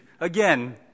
again